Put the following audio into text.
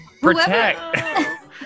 Protect